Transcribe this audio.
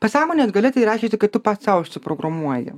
pasąmonė galia tai reiškiasi kad tu pats sau užsiprogramuoji